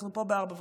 אנחנו פה ב-04:30.